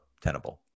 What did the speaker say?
tenable